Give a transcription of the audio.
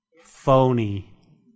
phony